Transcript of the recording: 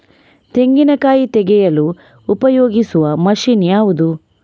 ತೆಂಗಿನಕಾಯಿ ತೆಗೆಯಲು ಉಪಯೋಗಿಸುವ ಮಷೀನ್ ಯಾವುದು?